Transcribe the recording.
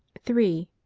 three.